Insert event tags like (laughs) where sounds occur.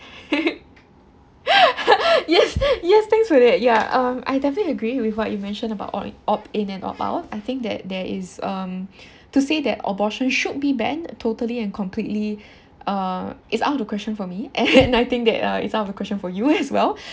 (laughs) yes yes thanks for that ya uh I definitely agree with what you mention about op~ opt in and opt out I think that there is um to say that abortion should be banned totally and completely uh is out of the question for me (laughs) and I think that uh is out of the question for you as well (breath)